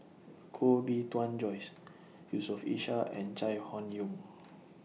Koh Bee Tuan Joyce Yusof Ishak and Chai Hon Yoong